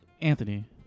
Anthony